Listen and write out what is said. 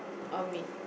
or me